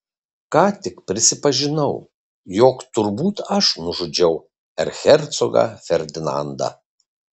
ką tik prisipažinau jog turbūt aš nužudžiau erchercogą ferdinandą